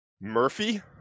Murphy